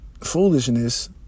foolishness